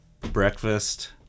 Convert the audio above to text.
breakfast